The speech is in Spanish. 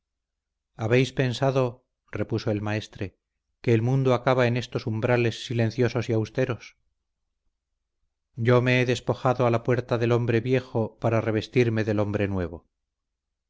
habéis pensado repuso el maestre que el mundo acaba en estos umbrales silenciosos y austeros yo me he despojado a la puerta del hombre viejo para revestirme del hombre nuevo